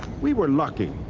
we were lucky.